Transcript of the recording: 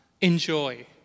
enjoy